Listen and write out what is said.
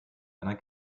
einer